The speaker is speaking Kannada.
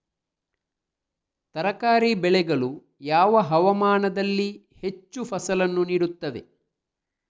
ತರಕಾರಿ ಬೆಳೆಗಳು ಯಾವ ಹವಾಮಾನದಲ್ಲಿ ಹೆಚ್ಚು ಫಸಲನ್ನು ನೀಡುತ್ತವೆ?